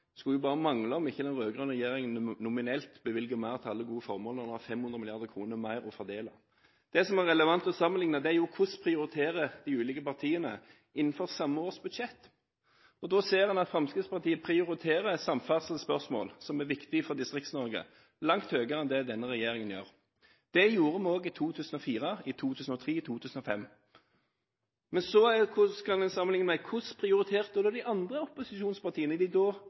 skulle bare mangle om ikke den rød-grønne regjeringen nominelt bevilger mer til alle gode formål når den har 500 mrd. kr mer å fordele. Det som er relevant å sammenligne, er jo hvordan de ulike partiene prioriterer innenfor samme års budsjett. Da ser man at Fremskrittspartiet prioriterer samferdselsspørsmål som er viktige for Distrikts-Norge, langt høyere enn det denne regjeringen gjør. Det gjorde vi også i 2003, 2004 og 2005. Så kan man sammenligne dette med hvordan de andre opposisjonspartiene har prioritert, og med hvordan de rød-grønne partiene prioriterte da de var i opposisjon. Prioriterte de